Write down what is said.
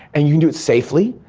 and you do it safely.